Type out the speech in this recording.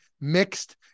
mixed